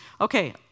Okay